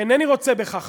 ואינני רוצה בכך,